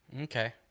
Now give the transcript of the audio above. Okay